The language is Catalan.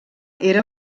era